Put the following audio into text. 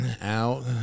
out